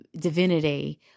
divinity